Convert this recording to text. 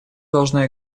должна